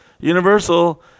Universal